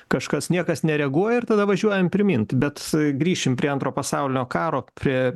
kažkas niekas nereaguoja ir tada važiuojam pirmyn bet grįšim prie antro pasaulinio karo prie